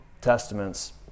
Testaments